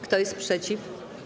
Kto jest przeciw?